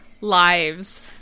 lives